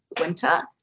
winter